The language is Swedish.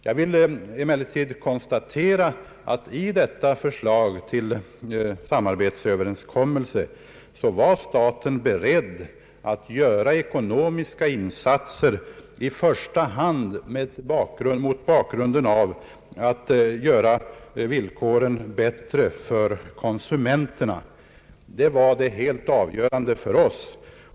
Jag vill emellertid konstatera att enligt detta förslag till samarbetsöverenskommelse var staten beredd att göra ekonomiska insatser i första hand med tanke på att förbättra villkoren för konsumenterna. Det var det helt avgörande för oss.